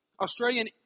Australian